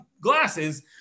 glasses